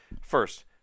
first